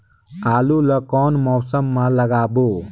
आलू ला कोन मौसम मा लगाबो?